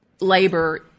labor